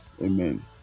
Amen